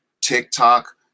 TikTok